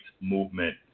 movement